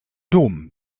dom